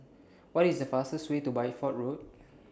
What IS The fastest Way to Bideford Road